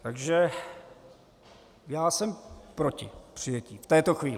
Takže já jsem proti přijetí v této chvíli.